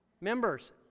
Members